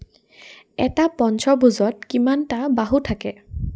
এটা পঞ্চভুজত কিমানটা বাহু থাকে